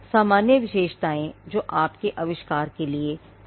सामान्य विशेषताएं जो आपके आविष्कार के लिए सामान्य हैं